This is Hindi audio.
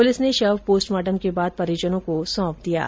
पुलिस ने शव पोस्टमार्टम के बाद परिजनों को सौंप दिया है